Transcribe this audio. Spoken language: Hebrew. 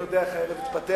מי יודע איך היום יתפתח?